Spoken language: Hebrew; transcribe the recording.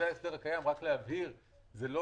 רק להבהיר, זה לא